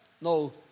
no